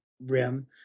rim